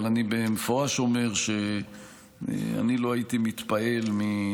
אבל אני במפורש אומר שאני לא הייתי מתפעל מגורמים